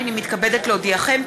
הנני מתכבדת להודיעכם,